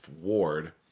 ward